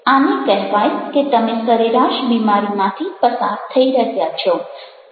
આને કહેવાય કે તમે સરેરાશ બીમારીમાંથી પસાર થઈ રહ્યા છો